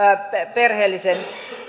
perheellisen